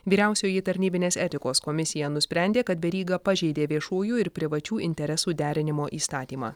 vyriausioji tarnybinės etikos komisija nusprendė kad veryga pažeidė viešųjų ir privačių interesų derinimo įstatymą